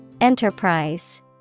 Enterprise